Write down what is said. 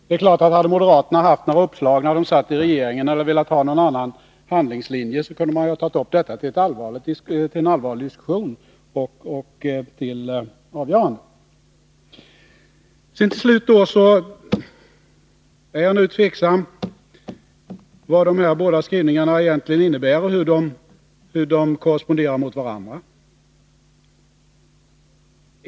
Det är klart att hade moderaterna haft några uppslag när de satt i regeringen eller velat ha någon annan handlingslinje, hade detta kunnat tas upp till en allvarlig diskussion och till avgörande. Till slut vill jag säga att jag är tveksam till vad de här båda skrivningarna egentligen innebär och hur de korresponderar med varandra.